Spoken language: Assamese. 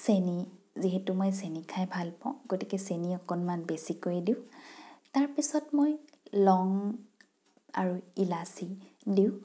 চেনী যিহেতু মই চেনী খাই ভাল পাওঁ গতিকে চেনী অকণমান বেছিকৈয়ে দিওঁ তাৰপিছত মই লং আৰু ইলাচি দিওঁ